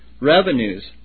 revenues